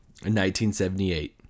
1978